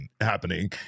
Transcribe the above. happening